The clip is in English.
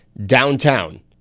Downtown